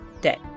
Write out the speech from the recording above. day